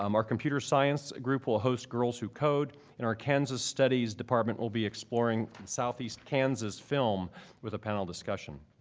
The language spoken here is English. um our computer science group will host girls who code. and our kansas studies department will be exploring southeast kansas film with a panel discussion.